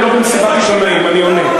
אני לא במסיבת עיתונאים, אני עונה.